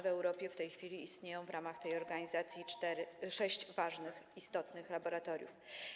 W Europie w tej chwili istnieje w ramach tej organizacji sześć ważnych, istotnych laboratoriów.